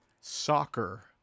soccer